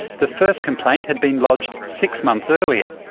the first complaint had been lodged six months earlier.